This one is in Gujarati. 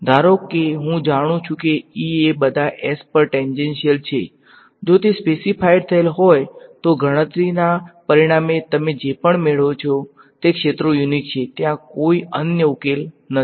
ધારો કે હું જાણું છું કે E એ બધા S પર ટેંજેંશીયલ છે જો તે સ્પેસીફાઈડ થયેલ હોય તો ગણતરીના પરિણામે તમે જે પણ મેળવો છો તે ક્ષેત્રો યુનીક છે ત્યાં કોઈ અન્ય ઉકેલ નથી